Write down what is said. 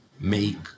make